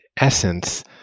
essence